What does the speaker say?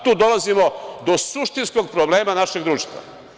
Tu dolazimo do suštinskog problema našeg društva.